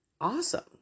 awesome